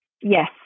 yes